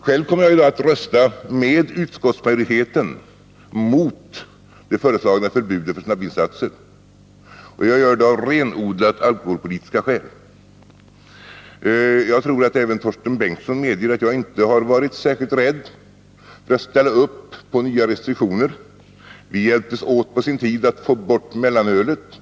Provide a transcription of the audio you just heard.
Själv kommer jag att rösta med utskottsmajoriteten mot det föreslagna förbudet mot snabbvinsatser, och jag gör det av renodlat alkoholpolitiska skäl. Jag tror att även Torsten Bengtson medger att jag inte har varit särskilt rädd för att ställa upp för nya restriktioner. Vi hjälptes åt på sin tid att få bort mellanölet.